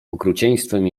okrucieństwem